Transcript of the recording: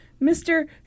Mr